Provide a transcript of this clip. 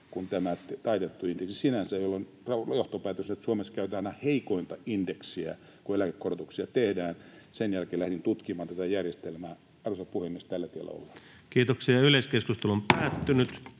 kuin tämä taitettu indeksi sinänsä, jolloin johtopäätös oli, että Suomessa käytetään aina heikointa indeksiä, kun eläkekorotuksia tehdään. Sen jälkeen lähdin tutkimaan tätä järjestelmää. Arvoisa puhemies, tällä tiellä ollaan. [Speech 330] Speaker: Ensimmäinen